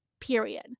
period